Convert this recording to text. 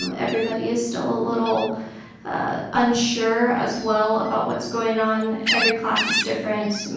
um everybody is still a little unsure as well about what is going on. every class is different.